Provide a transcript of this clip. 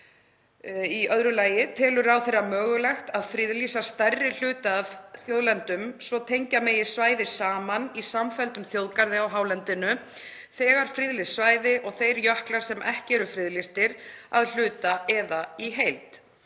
hennar? 2. Telur ráðherra mögulegt að friðlýsa stærri hluta af þjóðlendum svo tengja megi svæði saman í samfelldum þjóðgarði á hálendinu þegar friðlýst svæði og þeir jöklar sem ekki eru friðlýstir, að hluta eða í heild,